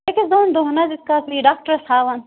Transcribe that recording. أکِس دۄن دۄہن حظ ییٖتِس کالس نہٕ یہِ ڈاکَٹرس ہاوَن